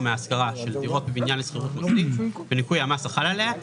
מהשכרה של דירות בבניין לשכירות מוסדית בניכוי המס החל עליה,